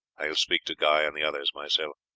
i will speak to guy and the others myself.